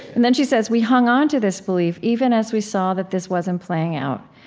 and then she says, we hung onto this belief even as we saw that this wasn't playing out.